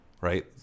right